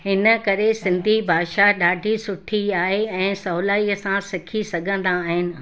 हिन करे सिंधी भाषा ॾाढी सुठी आहे ऐं सवलाईअ सां सिखी सघंदा आहिनि